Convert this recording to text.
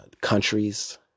countries